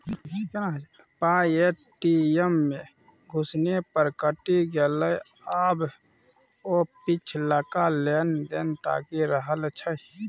पाय ए.टी.एम मे घुसेने पर कटि गेलै आब ओ पिछलका लेन देन ताकि रहल छै